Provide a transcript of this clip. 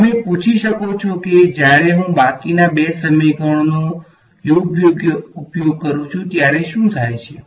તેથી તમે પૂછી શકો છો કે જ્યારે હું બાકીના 2 સમીકરણોનો યોગ્ય ઉપયોગ કરું ત્યારે શું થાય છે